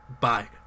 Bye